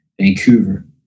Vancouver